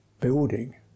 building